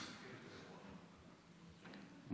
אני אסכם את האירוע אחר כך.